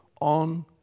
on